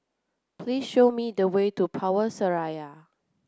please show me the way to Power Seraya